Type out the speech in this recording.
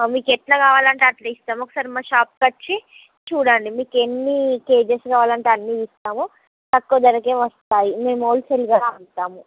మీకు ఎలా కావాలంటే అలా ఇస్తాము ఒకసారి మా షాప్కి వచ్చి చూడండి మీకు ఎన్ని కేజీస్ కావాలంటే అన్ని ఇస్తాము తక్కువ ధరకే వస్తాయి మేము హోల్సేల్గానే అమ్ముతాము